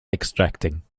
extracting